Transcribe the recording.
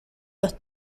los